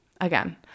Again